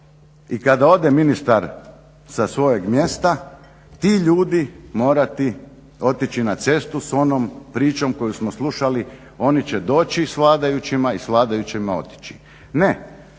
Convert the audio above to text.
i kada ode ministar sa svojeg mjesta ti ljudi morati otići na cestu s onom pričom koju smo slušali oni će doći s vladajućima i s vladajućima otići. Ne,